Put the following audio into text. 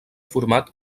format